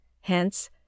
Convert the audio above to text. Hence